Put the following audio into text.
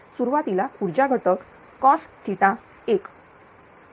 सुरुवातीला ऊर्जा घटक cos10